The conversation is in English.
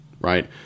right